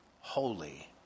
holy